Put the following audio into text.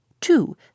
Two